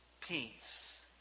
peace